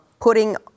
putting